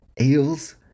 Eels